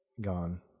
gone